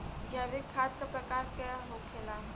जैविक खाद का प्रकार के होखे ला?